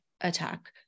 attack